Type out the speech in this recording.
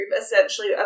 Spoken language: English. essentially